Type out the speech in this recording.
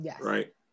right